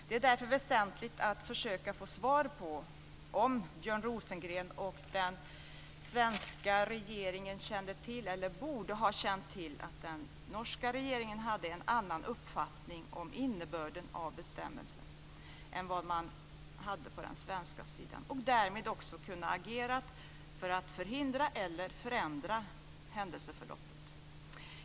Det är därför väsentligt att försöka få svar på om Björn Rosengren och den svenska regeringen kände till eller borde ha känt till att den norska regeringen hade en annan uppfattning om innebörden av bestämmelserna än vad man hade på den svenska sidan. Därmed hade de också kunnat agera för att förhindra eller förändra händelseförloppet.